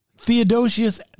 Theodosius